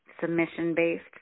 submission-based